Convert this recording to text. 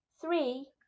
Three